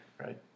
Right